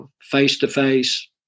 face-to-face